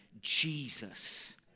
Jesus